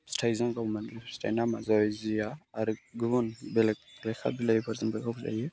फिथाइजों गावोमोन फिथाइनि नामआ जाबाय जिया आरो गुबुन बेलेक लेखा बिलाइफोरजों गावजायो